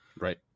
Right